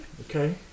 Okay